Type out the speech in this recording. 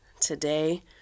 today